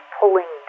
pulling